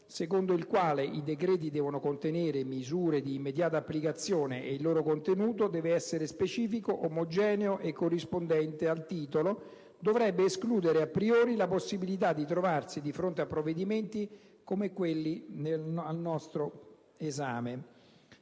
secondo il quale «I decreti devono contenere misure di immediata applicazione e il loro contenuto deve essere specifico, omogeneo e corrispondente al titolo», dovrebbe escludere a priori la possibilità di trovarsi di fronte a provvedimenti come quelli al nostro esame.